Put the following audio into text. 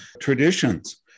traditions